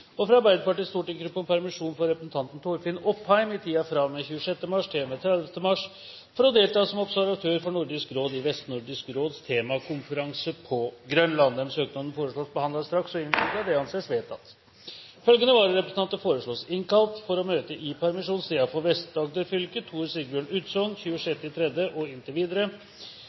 videre fra Arbeiderpartiets stortingsgruppe om permisjon for representanten Torfinn Opheim i tiden fra og med 26. mars til og med 30. mars for å delta som observatør for Nordisk råd i Vestnordisk Råds temakonferanse på Grønland Etter forslag fra presidenten ble enstemmig besluttet: Søknadene behandles straks og innvilges. Følgende vararepresentanter innkalles for å møte i permisjonstiden slik: For Vest-Agder fylke: Tor Sigbjørn Utsogn 26. mars og inntil videre